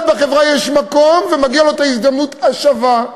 בחברה יש מקום ומגיעה לו ההזדמנות השווה,